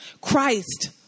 Christ